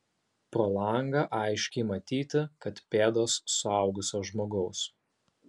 pro langą aiškiai matyti kad pėdos suaugusio žmogaus